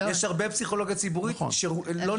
יש הרבה פסיכולוגיה ציבורית שלא נמצאת בבריאות הנפש.